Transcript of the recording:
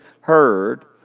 heard